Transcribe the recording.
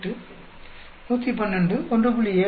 48 112 1